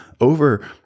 over